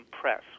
press